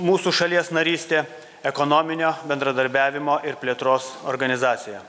mūsų šalies narystė ekonominio bendradarbiavimo ir plėtros organizacijoje